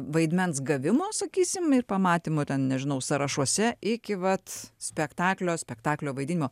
vaidmens gavimo sakysim ir pamatymo ten nežinau sąrašuose iki vat spektaklio spektaklio vaidinimo